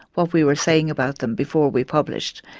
what we were saying about them, before we published.